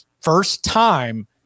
first-time